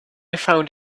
found